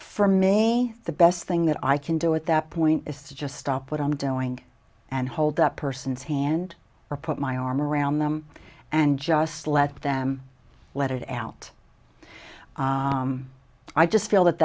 for me the best thing that i can do at that point is to just stop what i'm doing and hold that person's hand or put my arm around them and just let them let it out i just feel that